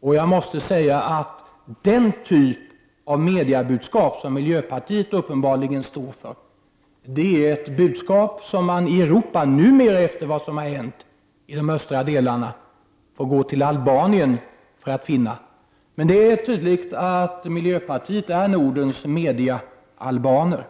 och jag måste säga att den typ av mediebudskap som miljöpartiet uppenbarligen står för är ett budskap som man numera i Europa, efter vad som har hänt i de östra delarna, får gå till Albanien för att finna. Det är tydligt att miljöpartiet är Nordens ”medie-albaner”.